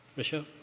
michelle?